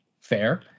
fair